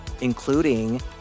including